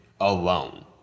alone